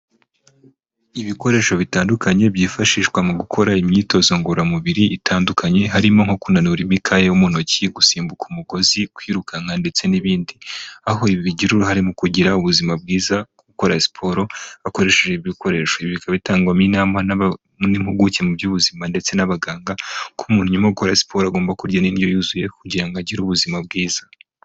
Ibikoresho bitandukanye byifashishwa mu gukora imyitozo ngororamubiri itandukanye, harimo nko kunanura imikaya mu ntoki, gusimbuka umugozi, kwirukanka ndetse n'ibindi. Aho ibi bigira uruhare mu kugira ubuzima bwiza, gukora siporo, bakoresheje ibi bikoresho. Ibi bikaba bitangwamo inama n'impuguke mu by'ubuzima ndetse n'abaganga, ko umuntu urimo gukora siporo agomba kurya indyo yuzuye kugira ngo agire ubuzima bwiza.